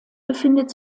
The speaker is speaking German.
befindet